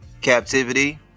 captivity